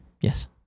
Yes